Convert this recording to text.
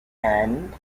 and